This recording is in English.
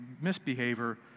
misbehavior